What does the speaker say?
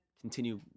continue